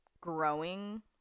growing –